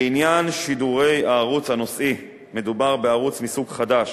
לעניין שידורי הערוץ הנושאי מדובר בערוץ מסוג חדש,